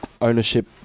ownership